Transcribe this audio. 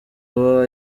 abo